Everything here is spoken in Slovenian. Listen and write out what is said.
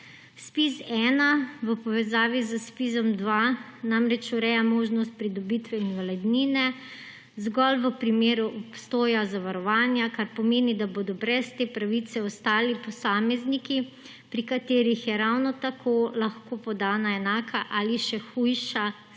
ZPIZ-1 v povezavi z ZPIZ-2 namreč ureja možnost pridobitve invalidnine zgolj v primeru obstoja zavarovanja, kar pomeni, da bodo brez te pravice ostali posamezniki, pri katerih je ravno tako lahko podana enaka ali še hujša stopnja